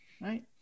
right